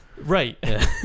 Right